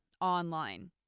online